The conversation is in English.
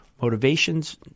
Motivations